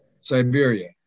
Siberia